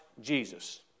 Jesus